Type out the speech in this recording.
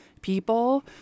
people